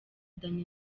danny